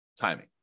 timing